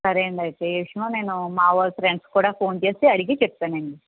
సరే అండీ అయితే ఏ విషయమో నేను మావాళ్ళు ఫ్రెండ్స్ కూడా ఫోన్ చేసి అడిగి చెప్తానండీ